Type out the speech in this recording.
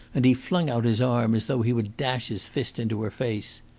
and he flung out his arm as though he would dash his fist into her face.